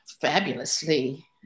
fabulously